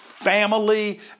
family